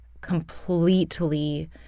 Completely